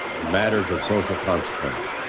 and matters of social consequence.